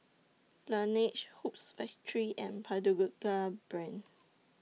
Laneige Hoops Factory and Pagoda Brand